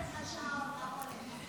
לשעון ברולקס.